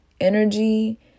energy